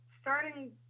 starting